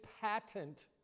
Patent